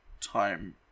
time